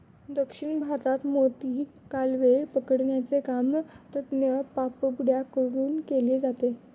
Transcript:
दक्षिण भारतात मोती, कालवे पकडण्याचे काम तज्ञ पाणबुड्या कडून केले जाते